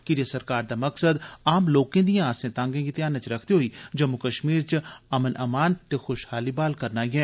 कीजे सरकार दा मकसद आम लोकें दिए अआसें तांगें गी ध्यानै च रखदे होई जम्मू कश्मीर च अमन अमान ते खुशहाली बहाल करना ऐ